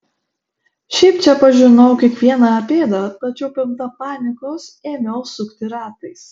šiaip čia pažinojau kiekvieną pėdą tačiau apimta panikos ėmiau sukti ratais